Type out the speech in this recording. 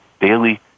daily